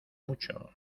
mucho